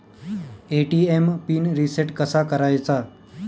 ATM pin reset कसा करायचा?